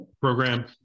program